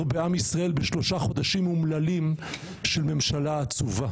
בעם ישראל בשלושה חודשים אומללים של ממשלה עצובה.